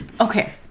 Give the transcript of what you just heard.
Okay